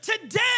today